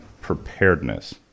preparedness